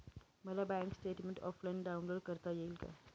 मला bank statement offline download करता येईल का?